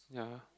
yeah